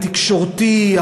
התקשורתי,